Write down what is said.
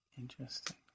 interesting